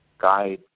guide